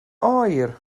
oer